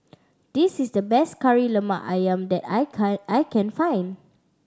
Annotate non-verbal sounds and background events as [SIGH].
this is the best Kari Lemak Ayam that I [UNINTELLIGIBLE] I can find